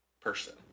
person